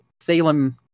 Salem